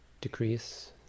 decrease